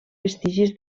vestigis